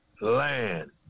land